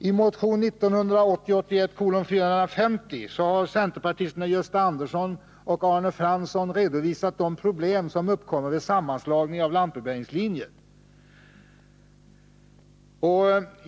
I motion 1980/81:450 har centerpartisterna Gösta Andersson och Arne Fransson redovisat de problem som uppkommer vid sammanslagning av lantbrevbäringslinjer.